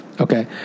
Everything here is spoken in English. Okay